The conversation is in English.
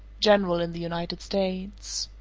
general in the united states.